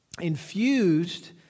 infused